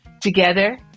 together